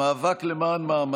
להימנע?